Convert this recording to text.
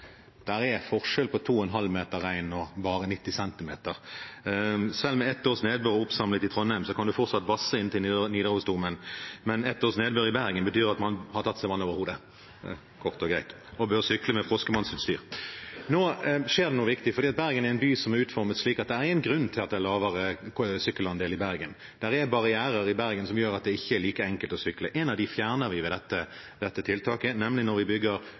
er forskjell på 2,5 meter regn og 90 centimeter regn. Selv med ett års nedbør oppsamlet i Trondheim kan man fortsatt vasse inn til Nidarosdomen, men ett års nedbør i Bergen betyr at man har tatt seg vann over hodet, kort og greit. Da må man sykle med froskemannsutstyr. Nå skjer det noe viktig, for Bergen er en by som er utformet slik at det er en grunn til at det er mindre sykkelandel i Bergen. Det er barrierer i Bergen som gjør at det ikke er like enkelt å sykle. En av dem fjerner vi ved dette tiltaket, nemlig når vi bygger